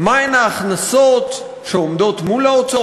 חוק ומשפט להכנתה לקריאה שנייה ושלישית.